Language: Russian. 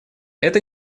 это